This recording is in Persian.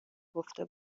گفته